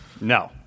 No